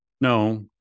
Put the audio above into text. No